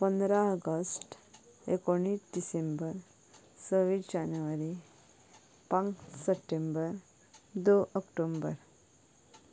पंदरा ऑगस्ट एकोणीस डिसेंबर सव्वीस जानेवारी पांच सप्टेंबर दोन ऑक्टोबर